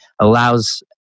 allows